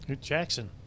Jackson